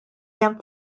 hemm